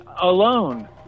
alone